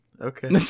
Okay